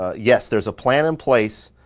ah yes, there's a plan in place.